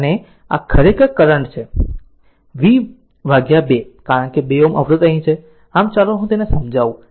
આમ આ ખરેખર કરંટ છે y y v 2 કારણ કે આ 2 Ωઅવરોધ અહીં છે આમ ચાલો હું તેને સમજાવું